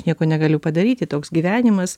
nieko negaliu padaryti toks gyvenimas